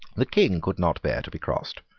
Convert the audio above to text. the king could not bear to be crossed.